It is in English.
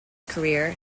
career